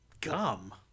Gum